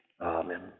Amen